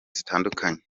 zitandukanye